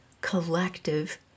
collective